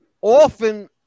often